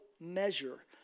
measure